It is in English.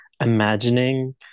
imagining